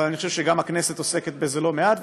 אבל אני חושב שגם הכנסת עוסקת בזה לא מעט,